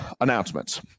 announcements